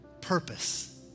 purpose